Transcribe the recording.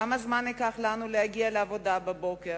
כמה זמן ייקח לנו להגיע לעבודה בבוקר,